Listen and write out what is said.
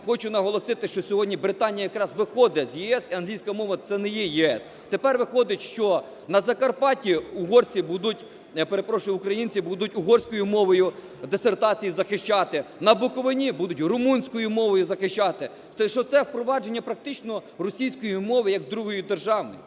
Хочу наголосити, що сьогодні Британія якраз виходить з ЄС і англійська мова, це не є ЄС. Тепер виходить, що на Закарпатті угорці будуть, перепрошую, українці будуть угорською мовою дисертації захищати, на Буковині будуть румунською мовою захищати, що це впровадження практично російської мови я к другої державної.